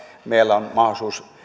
meillä on mahdollisuus